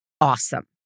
awesome